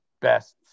best